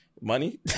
money